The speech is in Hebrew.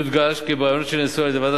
יודגש כי בראיונות שנעשו על-ידי ועדת